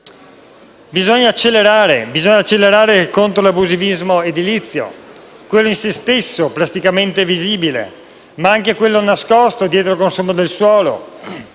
Bisogna accelerare l'azione contro l'abusivismo edilizio, quello in se stesso plasticamente visibile, ma anche quello nascosto dietro il consumo del suolo.